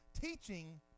Teaching